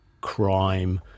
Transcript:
crime